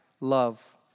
love